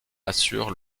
assure